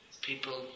people